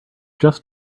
just